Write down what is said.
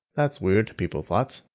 that's weird, people thought.